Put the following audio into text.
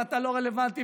ואתה לא רלוונטי,